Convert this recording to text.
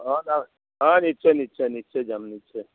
অঁ অঁ অঁ নিশ্চয় নিশ্চয় নিশ্চয় যাম নিশ্চয়